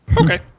Okay